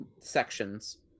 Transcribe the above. sections